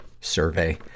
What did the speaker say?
survey